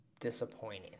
disappointing